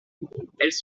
elles